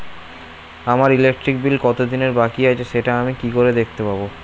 আমার electric bill কত দিনের বাকি আছে সেটা আমি কি করে দেখতে পাবো?